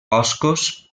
boscos